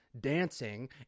dancing